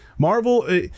Marvel